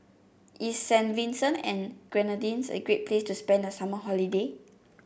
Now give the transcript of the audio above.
is Saint Vincent and the Grenadines a great place to spend the summer holiday